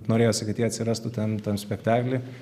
norėjosi kad jie atsirastų ten tam spektakly